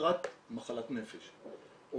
מחלת נפש או